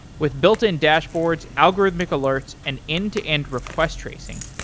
with built in dashboards, algorithmic alerts, and end to end request tracing,